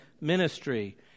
ministry